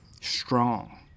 strong